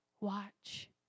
Watch